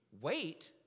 wait